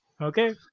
okay